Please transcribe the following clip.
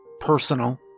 personal